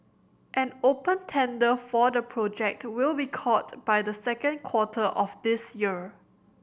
an open tender for the project will be called by the second quarter of this year